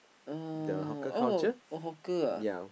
oh oh hawker ah